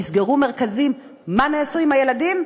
נסגרו מרכזים, מה עשו עם הילדים?